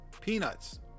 Peanuts